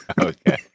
Okay